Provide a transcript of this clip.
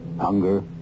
hunger